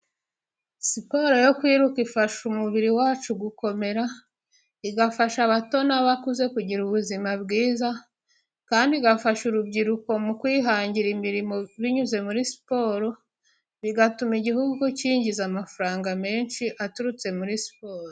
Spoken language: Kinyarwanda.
Siporo yo kwiruka ifasha umubiri wacu gukomera, igafasha abato n'abakuze kugira ubuzima bwiza, kandi igafasha urubyiruko mu kwihangira imirimo binyuze muri siporo, bigatuma igihugu cyinjiza amafaranga menshi aturutse muri siporo.